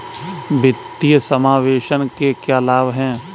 वित्तीय समावेशन के क्या लाभ हैं?